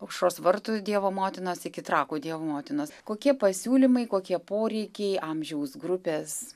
aušros vartų dievo motinos iki trakų dievo motinos kokie pasiūlymai kokie poreikiai amžiaus grupės